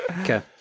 Okay